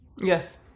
yes